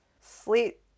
sleep